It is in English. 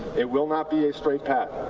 it will not be a straight path.